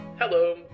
Hello